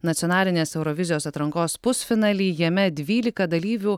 nacionalinės eurovizijos atrankos pusfinalį jame dvylika dalyvių